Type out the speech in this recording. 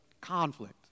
conflict